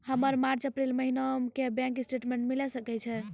हमर March April महीना के बैंक स्टेटमेंट मिले सकय छै?